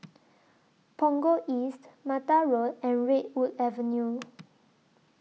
Punggol East Mata Road and Redwood Avenue